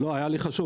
לא, היה לי חשוב